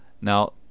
now